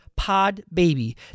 PODBABY